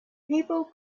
people